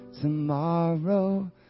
tomorrow